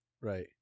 right